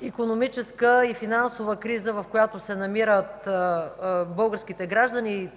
икономическа и финансова криза, в която се намират българските граждани